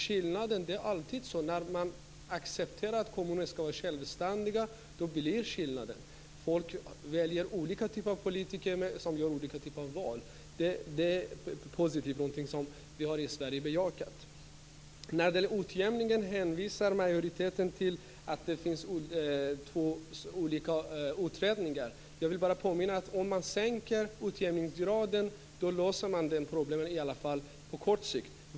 Skillnader blir det alltid när man accepterar att kommunerna ska vara självständiga. Folk väljer olika politiker som gör olika val. Det är positivt och någonting som vi har bejakat i Sverige. När det gäller utjämningen hänvisar majoriteten till att det finns två olika utredningar. Jag vill bara påminna om att om man sänker utjämningsgraden löser man i alla fall problemen på kort sikt.